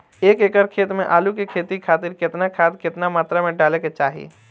एक एकड़ खेत मे आलू के खेती खातिर केतना खाद केतना मात्रा मे डाले के चाही?